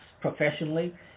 professionally